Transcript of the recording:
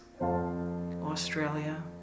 Australia